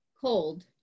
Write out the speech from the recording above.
Cold